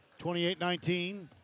28-19